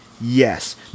yes